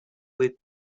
lit